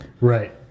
Right